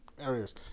areas